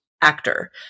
actor